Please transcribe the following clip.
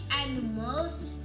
animals